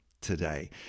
today